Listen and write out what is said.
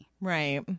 Right